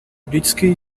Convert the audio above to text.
vždycky